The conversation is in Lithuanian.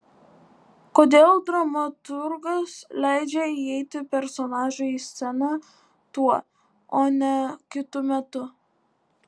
kodėl dramaturgas leidžia įeiti personažui į sceną tuo o ne kitu metu